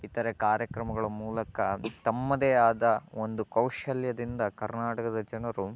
ಇತರೆ ಕಾರ್ಯಕ್ರಮಗಳ ಮೂಲಕ ತಮ್ಮದೇ ಆದ ಒಂದು ಕೌಶಲ್ಯದಿಂದ ಕರ್ನಾಟಕದ ಜನರು